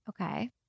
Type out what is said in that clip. Okay